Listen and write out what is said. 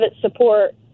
support